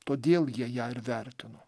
todėl jie ją ir vertino